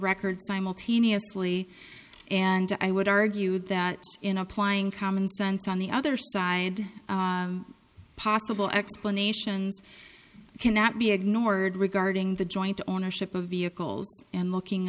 record simultaneously and i would argue that in applying common sense on the other side possible explanations cannot be ignored regarding the joint ownership of vehicles and locking